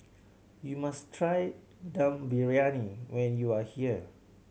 you must try Dum Briyani when you are here